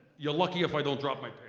you're lucky if i don't drop my